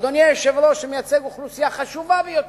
אדוני היושב-ראש, שמייצג אוכלוסייה חשובה ביותר,